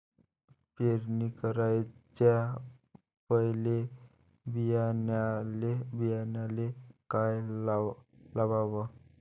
पेरणी कराच्या पयले बियान्याले का लावाव?